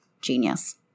genius